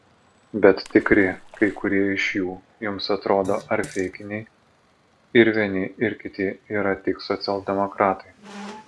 bet tikri kai kurie iš jų jums atrodo ar feikiniai ir vieni ir kiti yra tik socialdemokratai